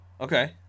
okay